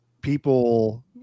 people